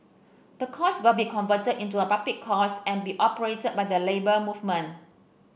the course will be converted into a public course and be operated by the Labour Movement